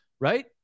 right